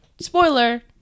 spoiler